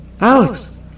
Alex